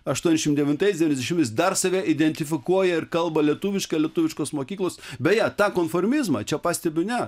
aštuoniasdešimt devintaisiais dar save identifikuoja ir kalba lietuviškai lietuviškos mokyklos beje tą konformizmą čia pastebiu ne aš